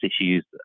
issues